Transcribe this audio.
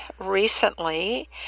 recently